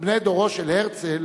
בני דורו של הרצל